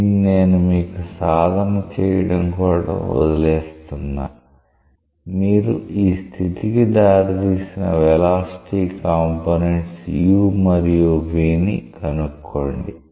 దీన్ని నేను మీకు సాధన చేయడం కోసం వదిలేస్తున్నా మీరు ఈ స్థితికి దారితీసిన వెలాసిటీ కంపోనెంట్స్ u మరియు v ని కనుక్కోండి